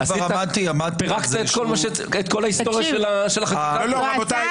פירקת את כל ההיסטוריה של החקיקה פה.